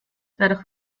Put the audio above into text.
dadurch